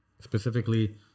specifically